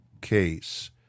case